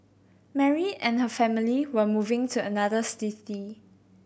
Mary and her family were moving to another city